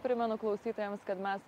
primenu klausytojams kad mes